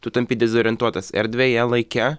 tu tampi dezorientuotas erdvėje laike